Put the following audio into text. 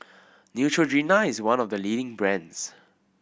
Neutrogena is one of the leading brands